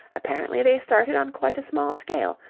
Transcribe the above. apparently they started on quite a small scale,